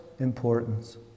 Importance